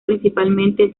principalmente